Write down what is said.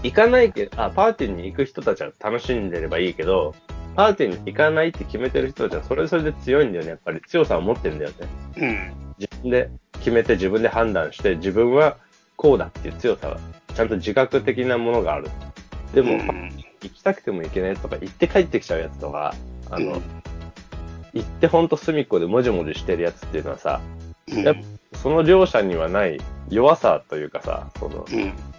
行かないけ- あ、パーティーに行く人たちは楽しんでればいいけど、パーティーに行かないって決めてる人たちはそれはそれで強いんだよね。やっぱり強さを持ってんだよね。うん。自分で決めて、自分で判断して、自分はこうだっていう強さは、ちゃんと自覚的なものがある。でも、うん。行きたくても行けないとか、行って帰ってきちゃうやつとか、あの、うん。行ってほんと隅っこでもじもじしてるやつっていうのはさ、うん。やっぱその両者にはない弱さというかさ、その、うん。